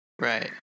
Right